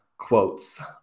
quotes